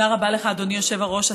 תודה רבה לך, אדוני היושב-ראש.